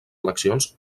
eleccions